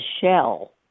shell